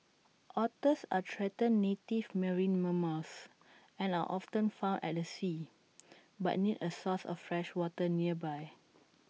otters are threatened native marine mammals and are often found at A sea but need A source of fresh water nearby